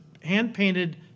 hand-painted